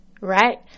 Right